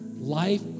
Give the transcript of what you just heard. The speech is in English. life